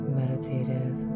meditative